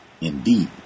Indeed